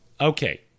Okay